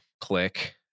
click